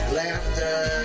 laughter